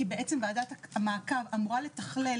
כי בעצם ועדת המעקב אמורה לתכלל.